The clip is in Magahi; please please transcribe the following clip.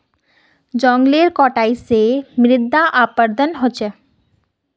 जंगलेर कटाई स मृदा अपरदन ह छेक